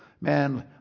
Man